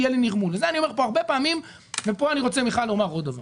את זה אני אומר כאן הרבה פעמים וכאן אני רוצה לומר עוד דבר